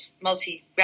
multi